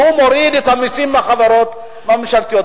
ומוריד את המסים מהחברות הממשלתיות.